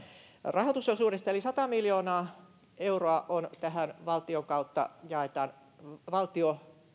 rahoitusosuudesta eli sata miljoonaa euroa tähän valtion kautta jaetaan valtio